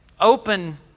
open